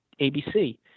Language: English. ABC